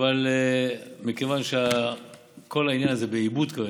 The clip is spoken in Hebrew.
כזה או אחר, אבל מכיוון שכל העניין הזה בעיבוד של